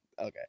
okay